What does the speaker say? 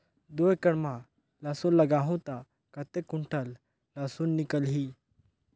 दो एकड़ मां लसुन लगाहूं ता कतेक कुंटल लसुन निकल ही?